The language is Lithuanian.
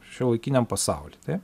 šiuolaikiniam pasauly taip